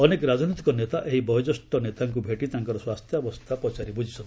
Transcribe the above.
ଅନେକ ରାଜନୈତିକ ନେତା ଏହି ବୟୋଜ୍ୟେଷ୍ଠ ନେତାଙ୍କ ଭେଟି ତାଙ୍କର ସ୍ୱାସ୍ଥ୍ୟାବସ୍ଥା ପଚାରି ବୃଝିଛନ୍ତି